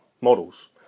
models